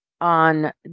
on